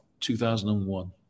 2001